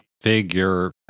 Figure